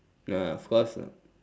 ah of course ah